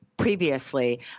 Previously